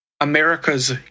America's